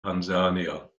tansania